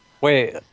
Wait